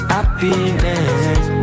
Happiness